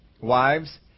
wives